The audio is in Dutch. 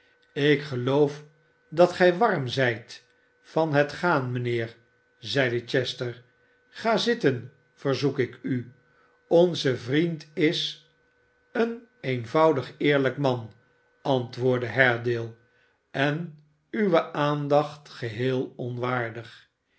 ik geloof dat gij warm zijt van het gaan mijnheer zeide chester gazitten verzoek ik u onze vriend is een eenvoudig eerlijk man antwoordde haredale en uwe aandacht geheel onwaardig